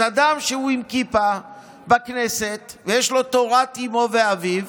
אז אדם שהוא עם כיפה בכנסת ויש לו תורת אימו ואביו,